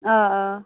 آ آ